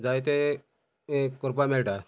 जाय ते करपा मेळटा